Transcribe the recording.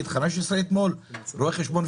אתמול היה ה-15 בנובמבר,